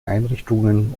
einrichtungen